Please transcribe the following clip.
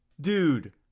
dude